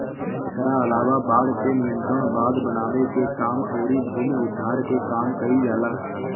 एकरा अलावा बाढ़ पे नियंत्रण, बांध बनावे के काम अउरी भूमि उद्धार के काम कईल जाला